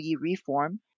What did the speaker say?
reform